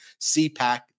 CPAC